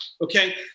Okay